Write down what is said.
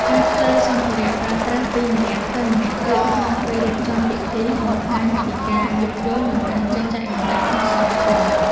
ការខ្ចីសម្ភារៈប្រើប្រាស់ពីម្នាក់ទៅម្នាក់ទៀតក្នុងពេលរៀបចំពិធី បង្ហាញពីការយោគយល់និងការចេះចែករំលែកក្នុងសហគមន៍។